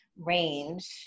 range